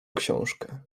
książkę